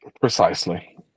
Precisely